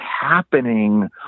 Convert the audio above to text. happening